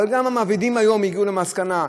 אבל גם המעבידים היום הגיעו למסקנה,